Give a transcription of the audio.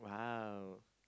!wow!